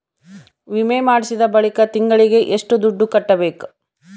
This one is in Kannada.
ವಿಮೆ ಮಾಡಿಸಿದ ಬಳಿಕ ತಿಂಗಳಿಗೆ ಎಷ್ಟು ದುಡ್ಡು ಕಟ್ಟಬೇಕು?